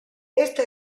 esta